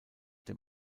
dem